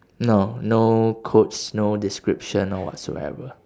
no no quotes no description or whatsoever